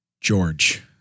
George